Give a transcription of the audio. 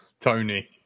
Tony